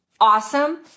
awesome